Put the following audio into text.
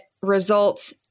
results